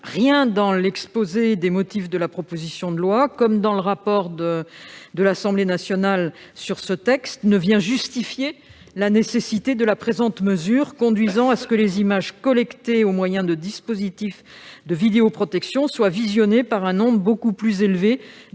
Rien dans l'exposé des motifs de la proposition de loi comme dans le rapport de l'Assemblée nationale ne justifie un tel dispositif, qui conduit à ce que les images collectées au moyen de dispositifs de vidéoprotection soient visionnées par un nombre beaucoup plus élevé